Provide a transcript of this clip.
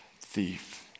thief